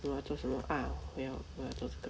我不懂要做什么 ah 我要我要做这个